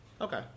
Okay